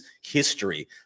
history